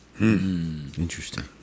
Interesting